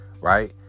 right